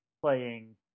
playing